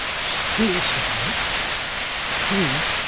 suicide three,